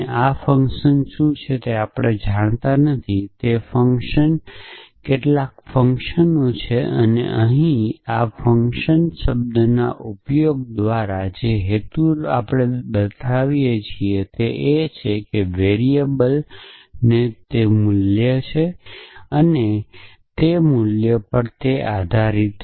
આ ફંક્શન શું છે તે આપણે જાણતા નથી અને આપણે અહીં ફંક્શન શબ્દના ઉપયોગ દ્વારા જે હેતુ રાખીએ છીએ તે છે કે વેરીએબલ જે મૂલ્ય લઈ શકે તે x જે મૂલ્ય લઈ શકે તેના પર આધારીત છે